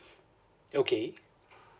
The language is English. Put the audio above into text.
okay